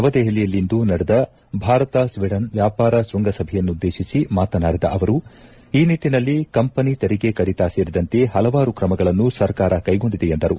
ನವದೆಹಲಿಯಲ್ಲಿಂದು ನಡೆದ ಭಾರತ ಸ್ವೀಡನ್ ವ್ಲಾಪಾರ ಶೃಂಗ ಸಭೆಯನ್ನುದ್ದೇಶಿಸಿ ಮಾತನಾಡಿದ ಅವರು ಈ ನಿಟ್ಲಿನಲ್ಲಿ ಕಂಪನಿ ತೆರಿಗೆ ಕಡಿತ ಸೇರಿದಂತೆ ಹಲವಾರು ಕ್ರಮಗಳನ್ನು ಸರ್ಕಾರ ಕೈಗೊಂಡಿದೆ ಎಂದರು